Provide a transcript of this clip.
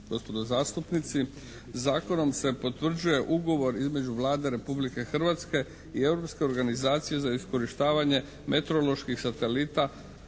gospodo zastupnici! Zakonom se potvrđuje Ugovor između Vlade Republike Hrvatske i Europske organizacije za iskorištavanje meteoroloških satelita